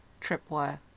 Tripwire